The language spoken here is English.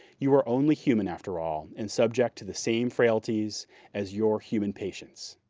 you are only human after all and subject to the same frailties as your human patients.